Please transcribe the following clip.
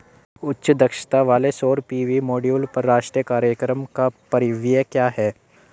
उच्च दक्षता वाले सौर पी.वी मॉड्यूल पर राष्ट्रीय कार्यक्रम का परिव्यय क्या है?